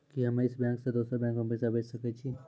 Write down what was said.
कि हम्मे इस बैंक सें दोसर बैंक मे पैसा भेज सकै छी?